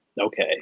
Okay